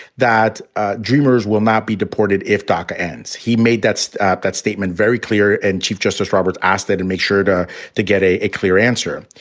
that dreamers will not be deported if doca ends. he made that that statement very clear. and chief justice roberts asked that and make sure to to get a clear answer.